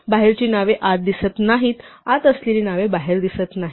बाहेरची नावे आत दिसत नाहीत आत असलेली नावे बाहेर दिसत नाहीत